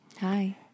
Hi